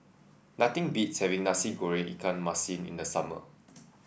nothing beats having Nasi Goreng Ikan Masin in the summer